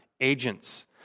agents